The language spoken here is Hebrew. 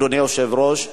אדוני היושב-ראש?